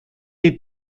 est